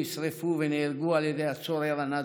נשרפו ונהרגו על ידי הצורר הנאצי,